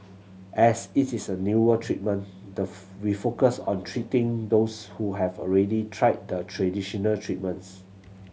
as it is a newer treatment the we focus on treating those who have already tried the traditional treatments